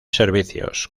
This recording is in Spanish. servicios